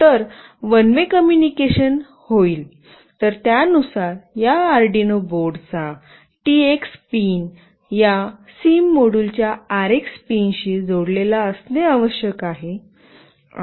तर one way communication हे होईल तर त्यानुसार या आर्डिनो बोर्डचा टीएक्स पिन या सिम मॉड्यूलच्या आरएक्स पिनशी जोडलेला असणे आवश्यक आहे